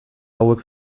hauek